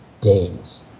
days